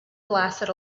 blasted